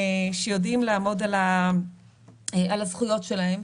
שיודעים לעמוד על הזכויות שלהם.